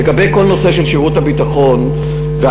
לגבי כל הנושא של שירות הביטחון והחקירות,